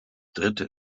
dritte